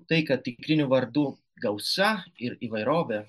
tai kad tikrinių vardų gausa ir įvairovė